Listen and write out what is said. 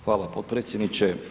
Hvala potpredsjedniče.